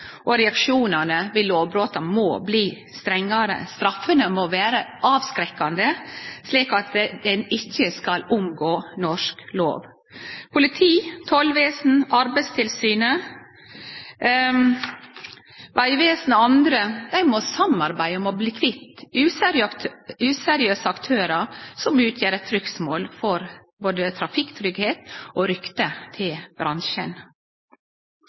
og reaksjonane ved lovbrota må bli strengare. Straffene må vere avskrekkande, slik at ein ikkje skal omgå norsk lov. Politi, tollvesen, Arbeidstilsynet, Vegvesenet og andre må samarbeide om å bli kvitt useriøse aktørar som utgjer eit trugsmål for både trafikktryggleik og ryktet til bransjen.